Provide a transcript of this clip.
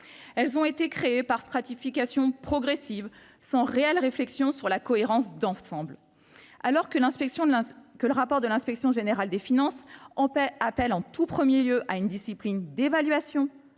aides ont été créées par stratification progressive, sans réelle réflexion sur la cohérence d’ensemble. Alors que l’inspection générale des finances appelle dans son rapport en tout premier lieu à une discipline d’évaluation,